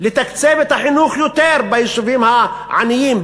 לתקצב את החינוך יותר ביישובים העניים,